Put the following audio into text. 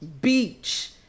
beach